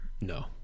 No